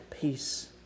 peace